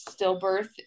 stillbirth